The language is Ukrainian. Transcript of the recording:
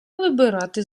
вибирати